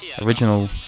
original